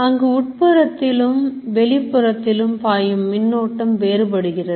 அங்கு உட்புறத்திலும் வெளிப்புறத்திலும் பாயும் மின்னோட்டம் வேறுபடுகிறது